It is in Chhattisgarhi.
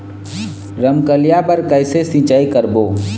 रमकलिया बर कइसे सिचाई करबो?